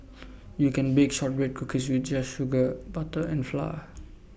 you can bake Shortbread Cookies with just sugar butter and flour